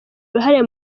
uruhare